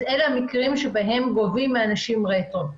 אלה המקרים שבהם גובים מאנשים רטרו.